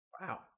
Wow